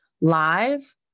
live